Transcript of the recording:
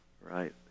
Right